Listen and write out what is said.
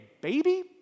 baby